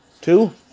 Two